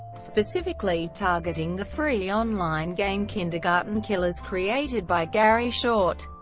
specifically targeting the free online game kindergarten killers created by gary short.